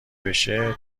بشه